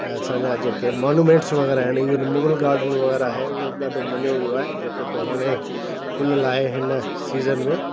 असांजा जेके मॉन्यूमेंट्स वग़ैरह आहिनि इवन मूगल गार्डन वारा आहे उहो बि ॾाढो मञियो वियो आहे जेको कि हाणे कुल लाइ हिन सीज़न में